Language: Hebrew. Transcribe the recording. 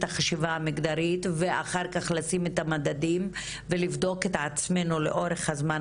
החשיבה המגדרית ואחר כך לשים את המדדים ולבדוק את עצמנו לאורך הזמן,